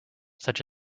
such